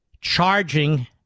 charging